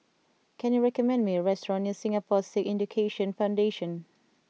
can you recommend me a restaurant near Singapore Sikh Education Foundation